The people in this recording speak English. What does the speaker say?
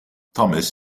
thomas